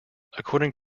according